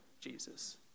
Jesus